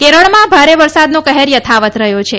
કેરળમાં ભારે વરસાદનો કહેર થથાવત રહ્યો છે